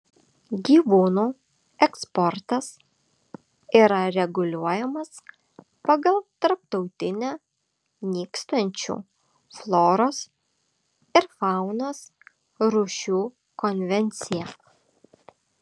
gyvūnų eksportas yra reguliuojamas pagal tarptautinę nykstančių floros ir faunos rūšių konvenciją